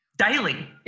daily